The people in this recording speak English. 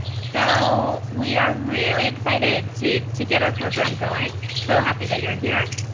so we are really excited to to get our program going. so happy that you're here.